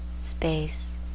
space